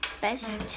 Best